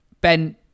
Ben